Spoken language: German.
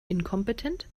inkompetent